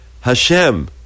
Hashem